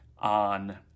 on